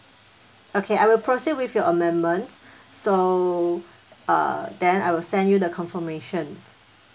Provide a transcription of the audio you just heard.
okay I will proceed with your amendment so uh then I will send you the confirmation